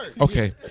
Okay